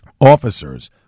officers